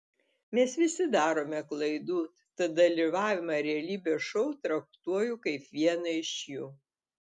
mes visi darome klaidų tad dalyvavimą realybės šou traktuoju kaip vieną iš jų